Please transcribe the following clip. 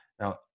Now